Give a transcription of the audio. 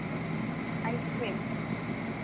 ice cream